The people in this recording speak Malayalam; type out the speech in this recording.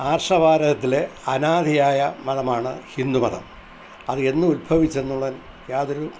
ആര്ഷഭാരതത്തിലെ അനാദിയായ മതമാണ് ഹിന്ദുമതം അത് എന്ന് ഉത്ഭവിച്ചു എന്നുള്ളത് യാതൊരു